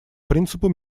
принципу